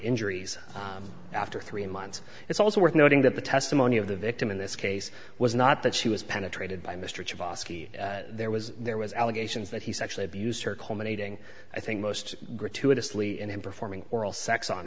injuries after three months it's also worth noting that the testimony of the victim in this case was not that she was penetrated by mr chavasse there was there was allegations that he sexually abused her culminating i think most gratuitously and performing oral sex on